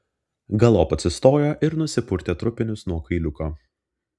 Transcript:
galop atsistojo ir nusipurtė trupinius nuo kailiuko